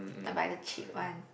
I buy the cheap one